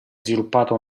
sviluppata